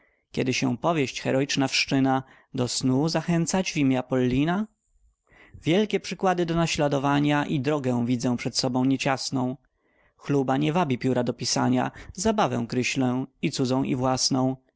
kiedy się powieść heroiczna wszczyna do snu zachęcać w imię apollina wielkie przykłady do naśladowania i drogę widzę przed sobą nie ciasną chluba nie wabi pióra do pisania zabawę kreślę i cudzą i własną